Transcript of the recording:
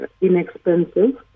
inexpensive